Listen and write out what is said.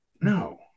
no